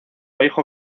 hijo